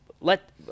let